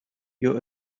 your